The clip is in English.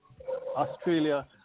Australia